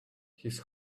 his